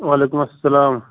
وعلیکُم اسلام